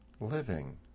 living